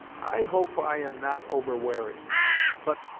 i hope i am not over-wary but,